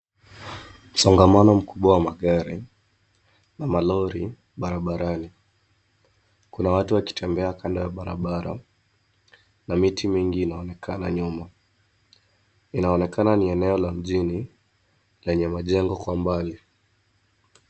Msongamano mkubwa wa magari na malori barabarani. Kuna watu wakitembea kando ya barabara na miti mingi inaonekana nyuma. Inaonekana ni eneo la mjini lenye majengo kwa mbali.